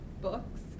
books